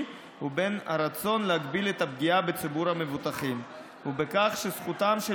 ובין הרצון להגביל את הפגיעה בציבור המבוטחים בכך שזכותם של